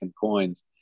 coins